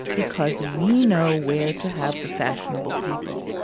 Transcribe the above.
because we know where to have the fashionable people,